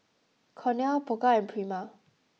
Cornell Pokka and Prima